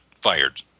fired